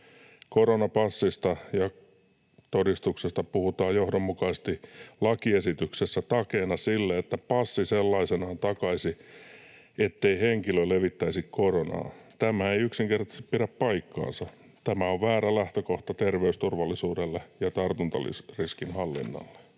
Koronapassista ja -todistuksesta puhutaan johdonmukaisesti lakiesityksessä takeena sille, että passi sellaisenaan takaisi, ettei henkilö levittäisi koronaa. Tämä ei yksinkertaisesti pidä paikkaansa. Tämä on väärä lähtökohta terveysturvallisuudelle ja tartuntariskin hallinnalle.